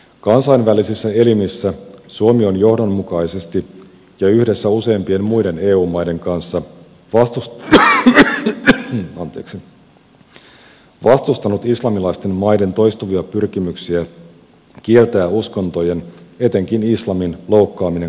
kansainvälisissä elimissä suomi on johdonmukaisesti ja yhdessä useimpien muiden eu maiden kanssa vastustanut islamilaisten maiden toistuvia pyrkimyksiä kieltää uskontojen etenkin islamin loukkaaminen kansainvälisillä sopimuksilla